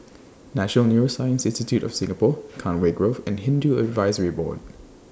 National Neuroscience Institute of Singapore Conway Grove and Hindu Advisory Board